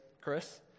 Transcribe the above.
Chris